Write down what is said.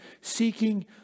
seeking